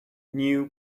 new